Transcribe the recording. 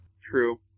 true